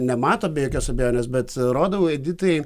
nemato be jokios abejonės bet rodau editai